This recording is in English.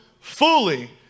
fully